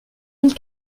mille